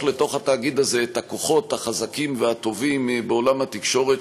לתאגיד הזה את הכוחות החזקים והטובים בעולם התקשורת,